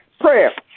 Prayer